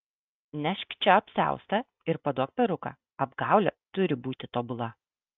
nešk čia apsiaustą ir paduok peruką apgaulė turi būti tobula